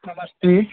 नमस्ते